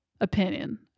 opinion